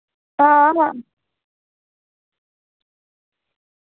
हां हां